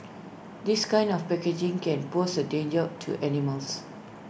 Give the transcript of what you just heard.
this kind of packaging can pose A danger to animals